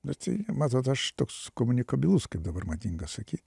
nu tai matot aš toks komunikabilus kaip dabar madinga sakyt